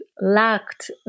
lacked